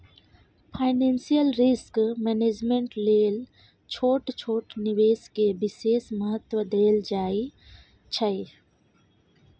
financial risk management लेल छोट छोट निवेश के विशेष महत्व देल जाइ छइ